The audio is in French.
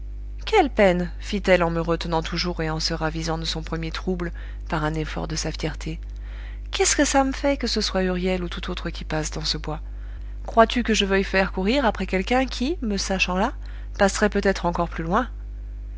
quelle peine fit-elle en me retenant toujours et en se ravisant de son premier trouble par un effort de sa fierté qu'est-ce que ça me fait que ce soit huriel ou tout autre qui passe dans ce bois crois-tu que je veuille faire courir après quelqu'un qui me sachant là passerait peut-être encore plus loin